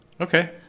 Okay